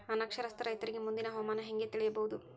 ಅನಕ್ಷರಸ್ಥ ರೈತರಿಗೆ ಮುಂದಿನ ಹವಾಮಾನ ಹೆಂಗೆ ತಿಳಿಯಬಹುದು?